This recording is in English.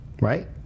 right